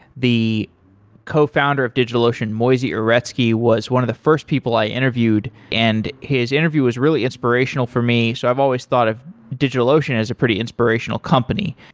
the cofounder of digitalocean, moisey uretsky, was one of the first people i interviewed, and his interview was really inspirational for me. so i've always thought of digitalocean as a pretty inspirational company.